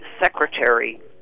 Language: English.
secretary